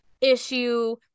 issue